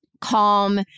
calm